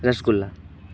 rasgulla